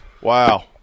Wow